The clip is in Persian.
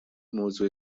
موضوع